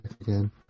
again